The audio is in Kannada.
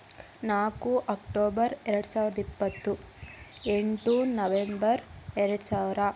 ನಾಲ್ಕು ಅಕ್ಟೋಬರ್ ಎರಡು ಸಾವಿರದ ಇಪ್ಪತ್ತು ಎಂಟು ನವೆಂಬರ್ ಎರಡು ಸಾವಿರ